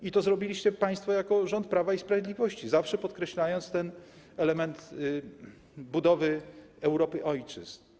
I to zrobiliście państwo jako rząd Prawa i Sprawiedliwości, zawsze podkreślając ten element budowy Europy ojczyzn.